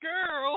Girl